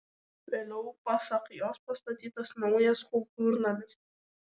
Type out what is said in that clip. vėliau pasak jos pastatytas naujas kultūrnamis